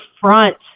front